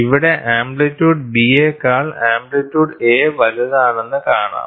ഇവിടെ amplitude B യേക്കാൾ amplitude A വലുതാണെന്ന് കാണാം